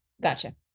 Gotcha